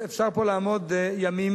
אפשר פה לעמוד ימים,